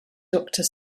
doctor